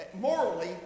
morally